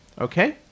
okay